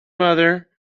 mother